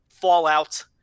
Fallout